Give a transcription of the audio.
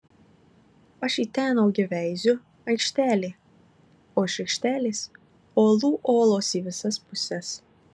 aš į ten ogi veiziu aikštelė o iš aikštelės olų olos į visas puses